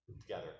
together